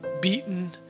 beaten